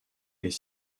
est